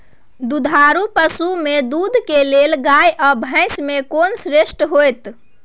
दुधारू पसु में दूध के लेल गाय आ भैंस में कोन श्रेष्ठ होयत?